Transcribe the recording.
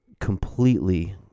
completely